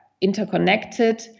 interconnected